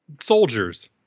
Soldiers